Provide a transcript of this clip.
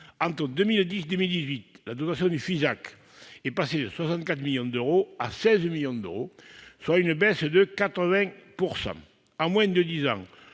Entre 2010 et 2018, la dotation du FISAC est passée de 64 millions d'euros à 16 millions d'euros, soit une baisse de 80 %. En moins de dix ans,